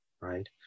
right